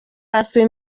hasi